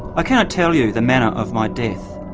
kind of tell you the manner of my death.